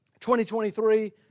2023